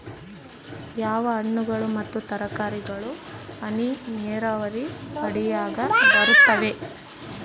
ಯಾವ ಹಣ್ಣುಗಳು ಮತ್ತು ತರಕಾರಿಗಳು ಹನಿ ನೇರಾವರಿ ಅಡಿಯಾಗ ಬರುತ್ತವೆ?